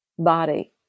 Body